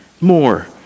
more